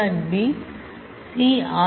B C r